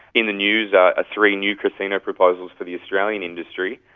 in the news are three new casino proposals for the australian industry,